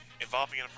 involving